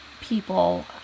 people